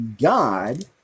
God